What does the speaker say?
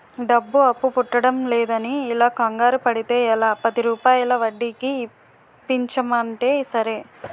డబ్బు అప్పు పుట్టడంలేదని ఇలా కంగారు పడితే ఎలా, పదిరూపాయల వడ్డీకి ఇప్పించమంటే సరే